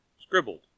scribbled